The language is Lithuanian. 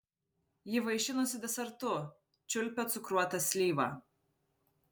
ji vaišinosi desertu čiulpė cukruotą slyvą